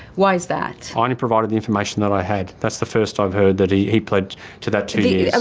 why is that? i only provided the information that i had. that's the first i've heard that he he pled to that two years. and